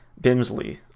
Bimsley